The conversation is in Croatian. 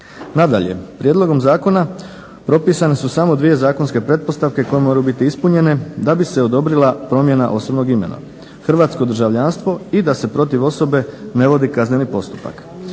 Nadalje, prijedlogom zakona propisane su samo dvije zakonske pretpostavke koje moraju biti ispunjene da bi se odobrila promjena osobnog imena, hrvatsko državljanstvo i da se protiv osobe ne vodi kazneni postupak